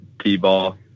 t-ball